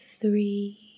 three